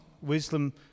wisdom